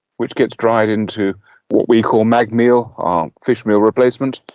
which gets dried into what we call mag-meal, our fish meal replacement,